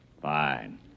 Fine